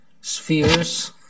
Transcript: spheres